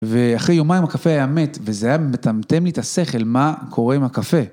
ואחרי יומיים הקפה היה מת, וזה היה מטמטם לי את השכל מה קורה עם הקפה.